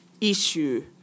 issue